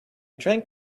drank